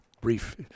brief